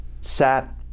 sat